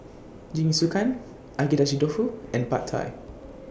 Jingisukan Agedashi Dofu and Pad Thai